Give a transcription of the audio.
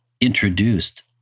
introduced